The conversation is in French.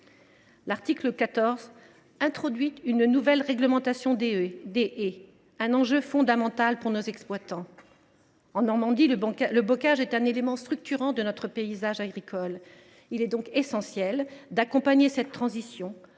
L’article 14 introduit une nouvelle réglementation des haies, un enjeu fondamental pour nos exploitants. En Normandie, le bocage est un élément structurant de notre paysage agricole. Il est donc essentiel d’accompagner cette transition